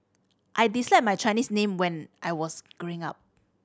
I disliked my Chinese name when I was growing up